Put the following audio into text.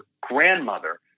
grandmother